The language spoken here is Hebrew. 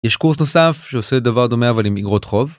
יש קורס נוסף שעושה דבר דומה אבל עם איגרות חוב.